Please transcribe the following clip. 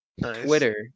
Twitter